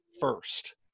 first